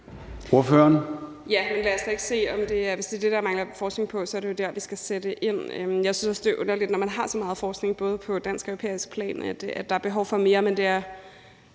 Hvis det er det, der mangler forskning i, er det jo der, vi skal sætte ind. Jeg synes også, at det er underligt, når man har så meget forskning på både dansk og europæisk plan, at der er behov for mere, men det er